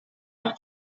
auch